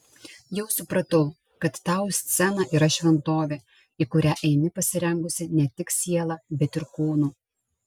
jau supratau kad tau scena yra šventovė į kurią eini pasirengusi ne tik siela bet ir kūnu